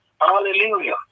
Hallelujah